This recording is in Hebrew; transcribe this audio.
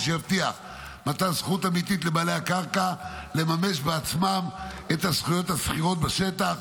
שיבטיח מתן זכות אמיתית לבעלי הקרקע לממש בעצמם את הזכויות הסחירות בשטח,